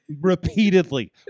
repeatedly